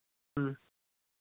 ਹਮ